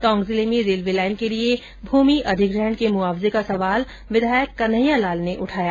टोंक जिले में railway line के लिए भूमि अधिग्रहण के मुआवजे का सवाल विधायक कन्हैया लाल ने उठाया